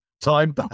time